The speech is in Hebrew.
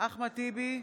אחמד טיבי,